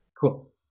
Cool